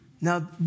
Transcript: Now